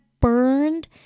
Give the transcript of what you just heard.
burned